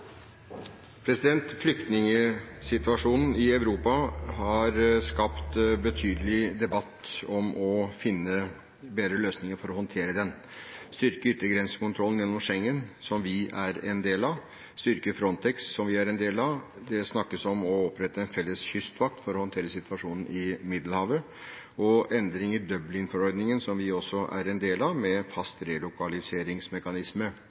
Flyktningsituasjonen i Europa har skapt betydelig debatt om å finne bedre løsninger for å håndtere den: styrke yttergrensekontrollen gjennom Schengen, som vi er en del av, og styrke Frontex, som vi er en del av. Det snakkes om å opprette en felles kystvakt for å håndtere situasjonen i Middelhavet, og om endringer i Dublin-forordningen, som vi også er en del av, med fast relokaliseringsmekanisme.